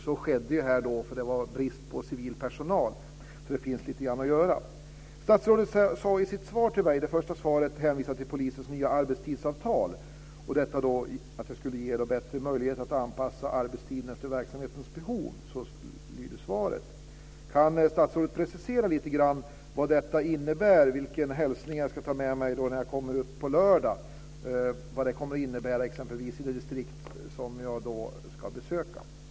Så skedde ju här, eftersom det var brist på civil personal. Så det finns lite grann att göra. Statsrådet hänvisade i sitt första svar till polisens nya arbetstidsavtal och att detta skulle ge bättre möjligheter att anpassa arbetstiderna efter verksamhetens behov. Så löd svaret. Kan statsrådet precisera lite grann vad detta innebär? Vilken hälsning ska jag ta med mig när jag kommer upp på lördag? Vad kommer det att innebära exempelvis i det distrikt som jag då ska besöka?